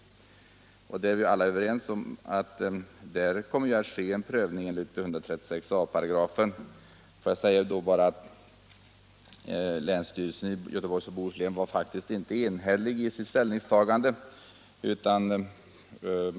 I det senare fallet är vi alla överens om att det skall ske en prövning enligt 136 a 5. Får jag säga att länsstyrelsen i Göteborgs och Bohus län faktiskt inte var enhällig i sitt ställningstagande.